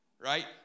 right